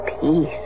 peace